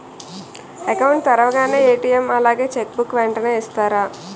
Account తెరవగానే ATM అలాగే cheque book వెంటనే ఇస్తారా?